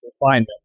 refinement